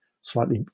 slightly